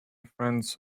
friends